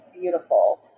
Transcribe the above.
beautiful